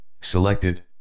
Selected